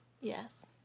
Yes